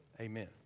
Amen